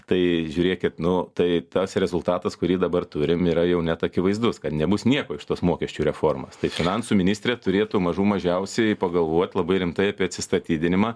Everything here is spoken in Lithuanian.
tai žiūrėkit nu tai tas rezultatas kurį dabar turim yra jau net akivaizdus kad nebus nieko iš tos mokesčių reformos tai finansų ministrė turėtų mažų mažiausiai pagalvot labai rimtai apie atsistatydinimą